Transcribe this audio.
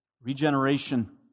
Regeneration